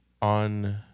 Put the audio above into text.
On